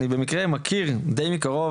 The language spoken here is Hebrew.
אני במקרה מכיר די מקרוב,